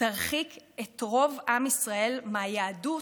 תרחיק את רוב עם ישראל מהיהדות,